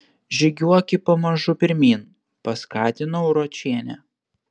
žygiuoki pamažu pirmyn paskatinau ročienę